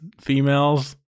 females